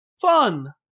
Fun